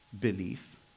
belief